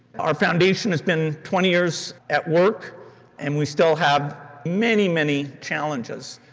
our foundation has been twenty years at work and we still have many, many challenges.